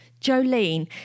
Jolene